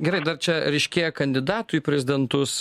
gerai dar čia ryškėja kandidatų į prezidentus